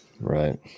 Right